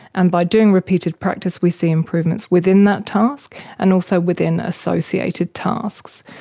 and by doing repeated practice we see improvements within that task and also within associated tasks.